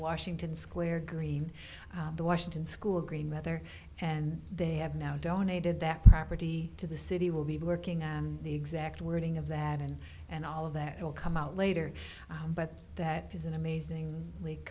washington square green the washington school green mother and they have now donated that property to the city will be working on the exact wording of that and and all of that will come out later but that is an amazing rea